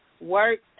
work